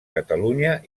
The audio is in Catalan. catalunya